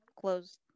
closed